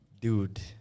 Dude